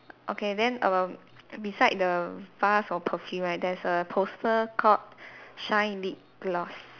okay then err beside the vase of perfume right there's a poster called shine lip gloss